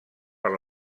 per